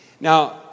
Now